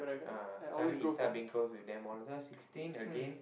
uh suddenly he start being close with them all two thousand sixteen again